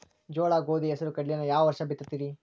ಜೋಳ, ಗೋಧಿ, ಹೆಸರು, ಕಡ್ಲಿನ ಯಾವ ವರ್ಷ ಬಿತ್ತತಿರಿ?